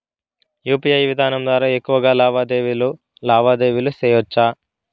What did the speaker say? UPI విధానం ద్వారా ఎక్కువగా లావాదేవీలు లావాదేవీలు సేయొచ్చా?